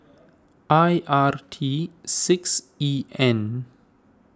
I R T six E N